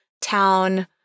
town